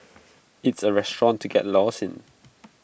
it's A restaurant to get lost in